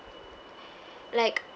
like